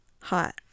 hot